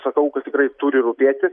sakau kad tikrai turi rūpėti